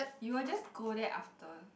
you will just go there after